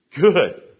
Good